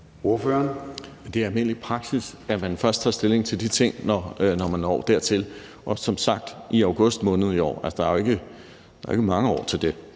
Det er almindelig praksis, at man først tager stilling til de ting, når man når dertil. Og som sagt er det i august måned i år. Altså, der er jo ikke mange år til det.